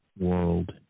world